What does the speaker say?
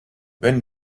wenn